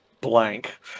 blank